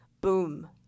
boom